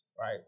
right